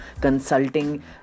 consulting